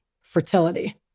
Fertility